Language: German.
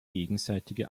gegenseitige